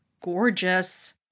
Gorgeous